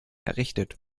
errichtet